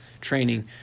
training